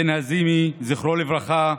בן נזימי, זכרו לברכה,